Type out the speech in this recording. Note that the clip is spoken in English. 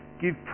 Give